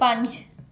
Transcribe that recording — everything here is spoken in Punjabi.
ਪੰਜ